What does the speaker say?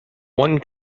one